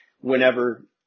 whenever